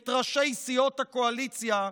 את ראשי סיעות הקואליציה,